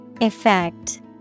Effect